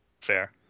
Fair